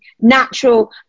natural